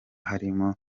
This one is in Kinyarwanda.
harimo